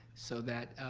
so that